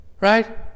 right